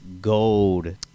gold